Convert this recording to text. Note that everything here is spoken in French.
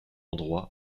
endroit